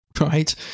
Right